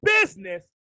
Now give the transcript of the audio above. business